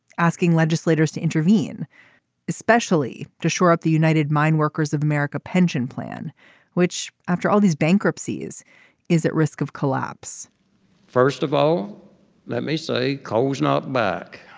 asking legislators to intervene especially to shore up the united mine workers of america pension plan which after all these bankruptcies is at risk of collapse first of all let me say coal is not back.